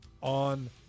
on